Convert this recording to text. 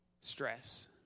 stress